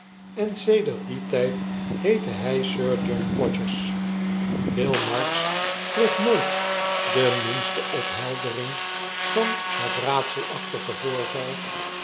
en sedert dien tijd heette hy sir john podgers will marks kreeg nooit de minste opheldering van het raadselachtige voorval